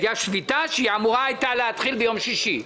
הייתה אמורה להתחיל שביתה ביום שישי.